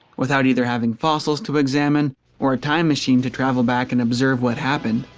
without either having fossils to examine or a time machine to travel back and observe what happened,